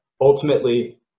ultimately